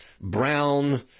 brown